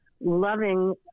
loving